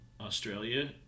Australia